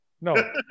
No